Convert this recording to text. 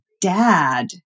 dad